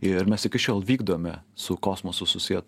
ir mes iki šiol vykdome su kosmosu susiję